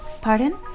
Pardon